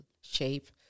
shape